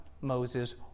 Moses